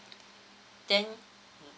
then